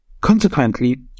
Consequently